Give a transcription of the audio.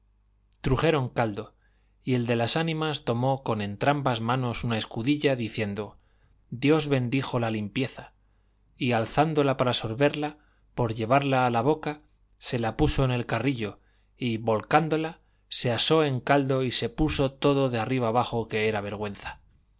trujeron caldo y el de las ánimas tomó con entrambas manos una escudilla diciendo dios bendijo la limpieza y alzándola para sorberla por llevarla a la boca se la puso en el carrillo y volcándola se asó en caldo y se puso todo de arriba abajo que era vergüenza